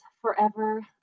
forever